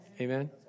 Amen